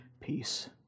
peace